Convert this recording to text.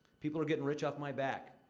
people are getting rich off my back,